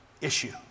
issue